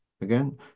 again